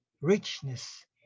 richness